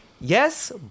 yes